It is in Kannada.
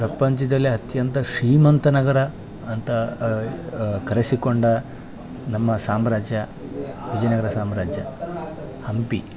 ಪ್ರಪಂಚದಲ್ಲೇ ಅತ್ಯಂತ ಶ್ರೀಮಂತ ನಗರ ಅಂತ ಕರೆಸಿಕೊಂಡ ನಮ್ಮ ಸಾಮ್ರಾಜ್ಯ ವಿಜಯನಗರ ಸಾಮ್ರಾಜ್ಯ ಹಂಪಿ